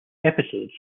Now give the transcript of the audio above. episodes